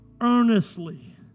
Earnestly